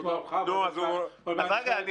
דרך אגב,